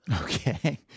Okay